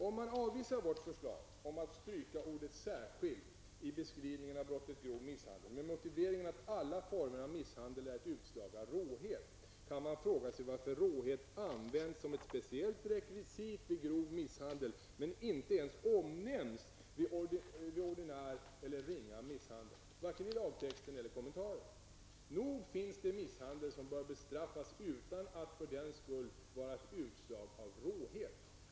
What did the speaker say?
Om man avvisar vårt förslag om att stryka ordet ''särskild'' i beskrivningen av brottet grov misshandel med motiveringen att alla former av misshandel är ett utslag av råhet, finns det skäl att fråga sig varför råhet använts som ett speciellt rekvisit vid grov misshandel men inte ens omnämnts vid ordinär eller ringa misshandel, vare sig i lagtexten eller i kommentaren. Nog finns det misshandel som bör bestraffas utan att för den skull vara ett utslag av råhet.